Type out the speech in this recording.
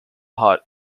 hot